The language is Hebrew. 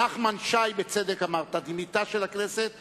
נחמן שי אמר בצדק: תדמיתה של הכנסת חשובה.